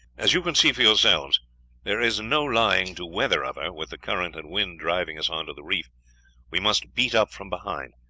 as you can see for yourselves there is no lying to weather of her, with the current and wind driving us on to the reef we must beat up from behind.